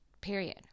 Period